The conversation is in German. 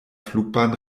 flugbahn